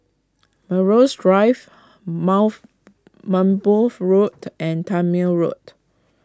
Melrose Drive mouth Road and Tangmere Road